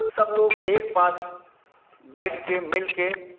सब लोग एक पास बैठ कर मिल कर